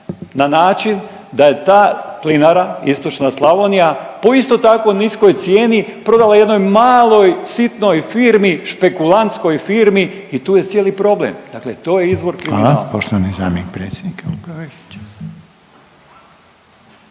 na način da je ta Plinara istočna Slavonija po isto tako niskoj cijeni prodala jednoj maloj sitnoj firmi špekulantskoj firmi i tu je cijeli problem. Dakle to je izvor kriminala. **Reiner, Željko (HDZ)** Hvala.